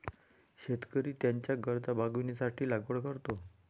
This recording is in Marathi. शेतकरी त्याच्या गरजा भागविण्यासाठी लागवड करतो